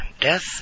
Death